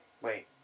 Wait